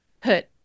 put